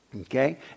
Okay